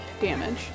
damage